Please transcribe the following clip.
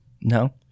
No